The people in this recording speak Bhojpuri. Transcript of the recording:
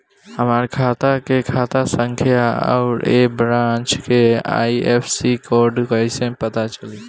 हमार खाता के खाता संख्या आउर ए ब्रांच के आई.एफ.एस.सी कोड कैसे पता चली?